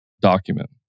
document